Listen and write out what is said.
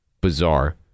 Bizarre